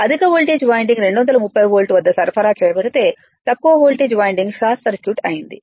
అధిక voltage winding 230 volt వద్ద సరఫరా చేయబడితే తక్కువ వోల్టేజ్ వైండింగ్ షార్ట్ సర్క్యూట్ అయుంది